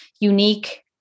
unique